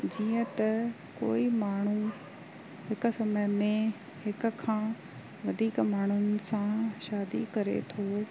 जीअं त कोई माण्हू हिक समय में हिक खां वधीक माण्हुनि सां शादी करे थो